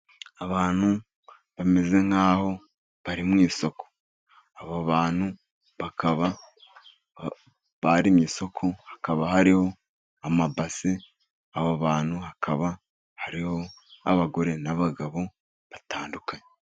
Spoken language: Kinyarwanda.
Abantu bameze nk'aho bari mu isoko. Aba bantu bakaba bari mu isoko, hakaba hariho amabasi. Aba bantu hakaba hariho abagore n'abagabo batandukanye.